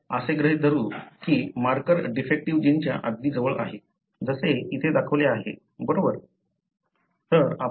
आपण असे गृहीत धरू की मार्कर डिफेक्टीव्ह जीनच्या अगदी जवळ आहे जसे येथे दाखवले आहे बरोबर